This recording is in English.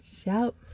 shout